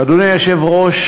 אדוני היושב-ראש,